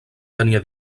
tenia